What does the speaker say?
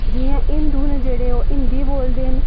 जि'यां हिंदू न जेह्ड़े ओह् हिंदी बोलदे न